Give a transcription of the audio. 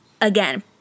again